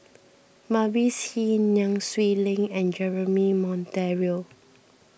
Mavis Hee Nai Swee Leng and Jeremy Monteiro